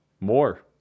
More